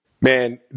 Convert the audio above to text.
Man